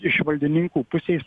iš valdininkų pusės